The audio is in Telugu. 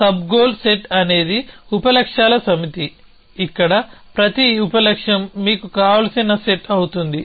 సబ్ గోల్ సెట్ అనేది ఉప లక్ష్యాల సమితి ఇక్కడ ప్రతి ఉప లక్ష్యం మీకు కావలసిన సెట్ అవుతుంది